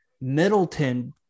Middleton